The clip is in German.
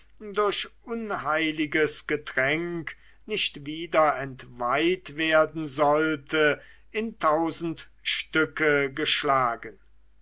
durch unheiliges getränk nicht wieder entweiht werden sollte in tausend stücke geschlagen